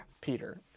Peter